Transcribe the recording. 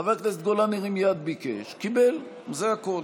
חבר הכנסת גולן הרים יד, ביקש, קיבל, זה הכול.